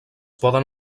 poden